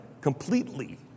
completely